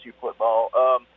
football